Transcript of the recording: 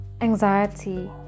anxiety